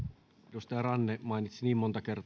edustaja ranne mainitsi niin monta kertaa edustaja